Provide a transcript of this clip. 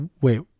wait